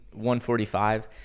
145